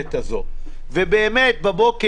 המקולקלת הזאת, אלא באמת